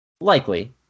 likely